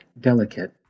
delicate